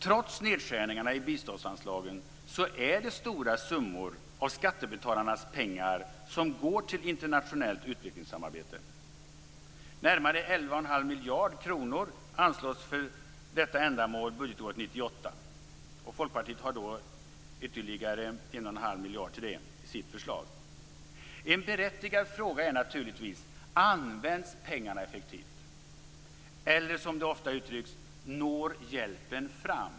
Trots nedskärningarna i biståndsanslagen går stora summor av skattebetalarnas pengar till internationellt utvecklingssamarbete. Närmare 11,5 miljarder kronor anslås för detta ändamål budgetåret 1998, och Folkpartiet föreslår att ytterligare en och en halv miljard skall gå till det ändamålet. En berättigad fråga är naturligtvis: Används pengarna effektivt? Eller, som det ofta uttrycks: Når hjälpen fram?